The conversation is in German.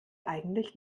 eigentlich